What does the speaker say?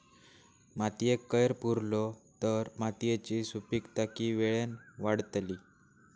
मातयेत कैर पुरलो तर मातयेची सुपीकता की वेळेन वाडतली?